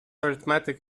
arithmetic